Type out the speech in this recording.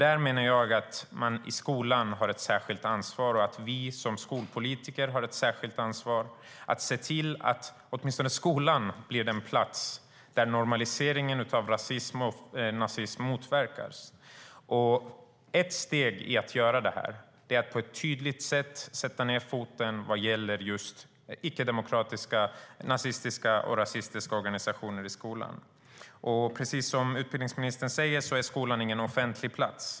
STYLEREF Kantrubrik \* MERGEFORMAT Svar på interpellationerPrecis som utbildningsministern säger är skolan inte en offentlig plats.